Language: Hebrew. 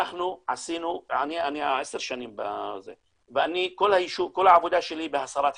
אני עשר שנים בזה וכל העבודה שלי בהסרת חסמים,